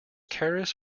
keras